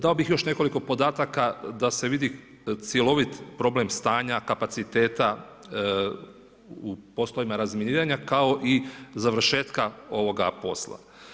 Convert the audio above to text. Dao bih još nekoliko podataka da se vidi cjelovit problem stanja kapaciteta u poslovima razminiranja kao i završetka ovoga posla.